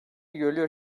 görülüyor